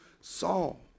Saul